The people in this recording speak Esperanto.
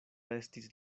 estis